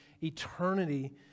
eternity